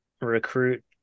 recruit